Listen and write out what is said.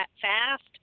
fast